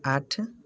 आठ